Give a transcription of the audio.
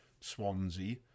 Swansea